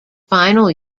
final